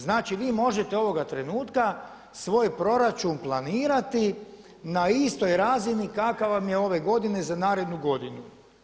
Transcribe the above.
Znači, vi možete ovoga trenutka svoj proračun planirati na istoj razini kakva vam je ove godine za narednu godinu.